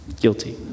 Guilty